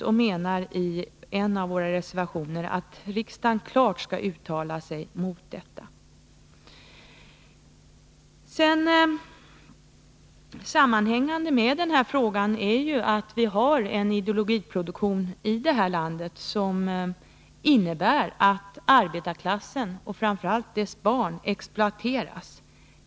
I en av våra reservationer framför vi också kravet att riksdagen klart skall uttala sig mot sådan verksamhet. Till den här frågan hör också att vi i detta land har en ideologiproduktion som för med sig att arbetarklassen och framför allt dess barn exploateras.